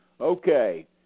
Okay